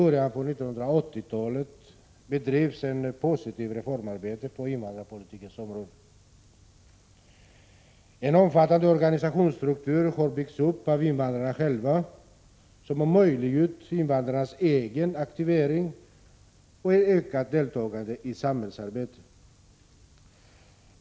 början av 1980-talet bedrevs ett positivt reformarbete på invandrarpolitikens område. En omfattande organisationsstruktur har byggts upp av invandrarna själva som har möjliggjort invandrarnas egen aktivering och ett ökat deltagande i samhällsarbetet.